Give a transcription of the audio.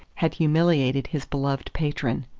had humiliated his beloved patron.